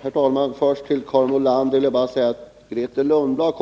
Herr talman! Till Karin Nordlander vill jag bara säga att Grethe Lundblad,